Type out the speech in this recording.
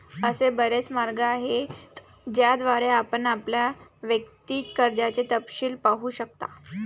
असे बरेच मार्ग आहेत ज्याद्वारे आपण आपल्या वैयक्तिक कर्जाचे तपशील पाहू शकता